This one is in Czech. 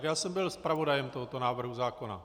Já jsem byl zpravodajem tohoto návrhu zákona.